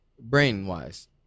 Brain-wise